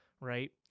Right